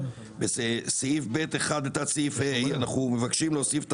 בסעיף 26ה(ב)(1)(ה) אנחנו מבקשים להוסיף את